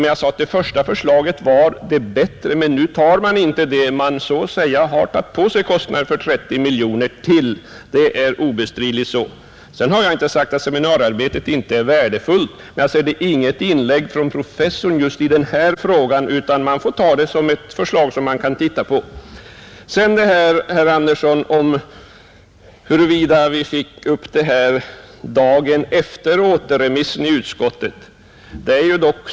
Men det första förslaget var det bättre, och när man nu inte godkänner det har man tagit på sig kostnader för 30 miljoner till. Det är obestridligen så. Jag har inte sagt att seminariearbetet inte är värdefullt. Men det är inget inlägg från professorn just i den här frågan, utan man får ta det som ett förslag som man kan se på.